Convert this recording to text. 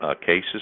cases